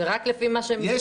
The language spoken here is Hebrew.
זה רק לפי מה שמסתדר.